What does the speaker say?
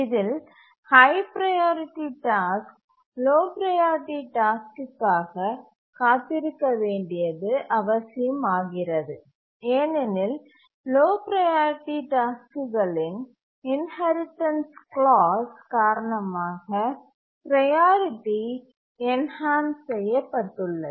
இதில் high priority task low priority டாஸ்க்குக்காக காத்திருக்க வேண்டியது அவசியம் ஆகிறது ஏனெனில் லோ ப்ரையாரிட்டி டாஸ்க்குகளின் இன்ஹெரிடன்ஸ் க்ளாஸ் காரணமாக ப்ரையாரிட்டி என்ஹான்ஸ் செய்ய பட்டுள்ளது